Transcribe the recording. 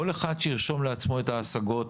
כל אחד שירשום לעצמו את ההשגות.